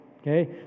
okay